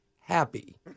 happy